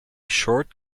short